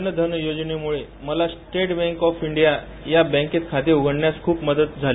जन धन योजनेमुळे मला स्टेट बॅक ऑफ डिया या बॅकेत खाते उघडण्यास मदत झाली